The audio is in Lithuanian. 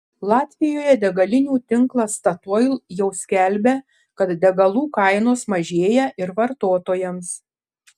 latvijoje degalinių tinklas statoil jau skelbia kad degalų kainos mažėja ir vartotojams